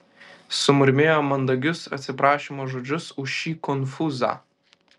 sumurmėjo mandagius atsiprašymo žodžius už šį konfūzą